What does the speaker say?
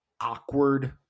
awkward